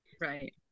Right